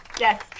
yes